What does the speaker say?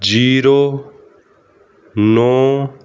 zero ਨੌਂ